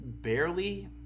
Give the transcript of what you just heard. Barely